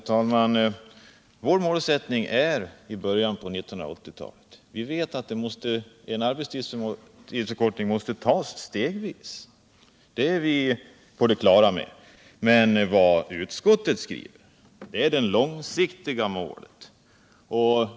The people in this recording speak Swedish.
Herr talman! Vår målsättning gäller början på 1980-talet. Vi vet att en Fredagen den arbetstidsförkortning måste tas stegvis, det är vi på det klara med. Men vad 19 maj 1978 utskottet skriver gäller det långsiktiga målet.